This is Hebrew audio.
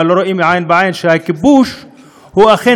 אבל לא רואים עין בעין שהכיבוש הוא אכן